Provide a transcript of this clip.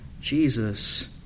Jesus